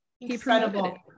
incredible